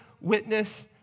witness